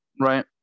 Right